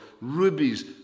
rubies